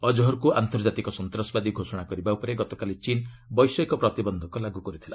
ଅଜହର୍କୁ ଆନ୍ତର୍ଜାତିକ ସନ୍ତାସବାଦୀ ଘୋଷଣା କରିବା ଉପରେ ଗତକାଲି ଚୀନ୍ ବୈଷୟିକ ପ୍ରତିବନ୍ଧକ ଲାଗୁ କରିଥିଲା